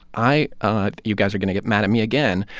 i you guys are going to get mad at me again.